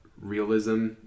realism